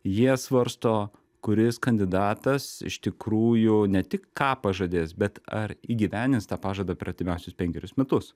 jie svarsto kuris kandidatas iš tikrųjų ne tik ką pažadės bet ar įgyvendins tą pažadą per artimiausius penkerius metus